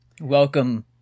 welcome